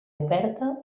oberta